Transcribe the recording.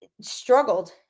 struggled